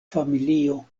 familio